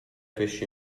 pesci